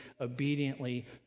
obediently